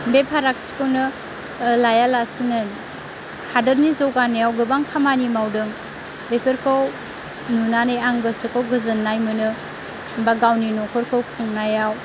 बे फारागथिखौनो लायालासिनो हादोरनि जौगानायाव गोबां खामानि मावदों बेफोरखौ नुनानै आं गोसोखौ गोजोननाय मोनो बा गावनि न'खरखौ खुंनायाव